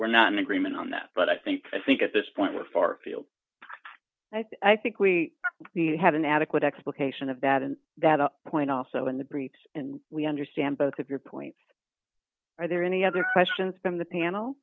we're not in agreement on that but i think i think at this point the far field i think we need to have an adequate explanation of that and that point also in the briefs and we understand both of your points are there any other questions from the panel